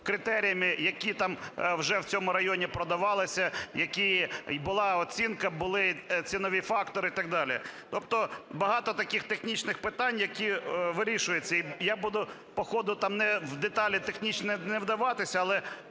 критеріями, які там вже в цьому районі продавалися, які була оцінка, були цінові фактори і так далі. Тобто багато таких технічних питань, які вирішуються. І я буду по ходу там в деталі технічні не вдаватися, але